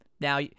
Now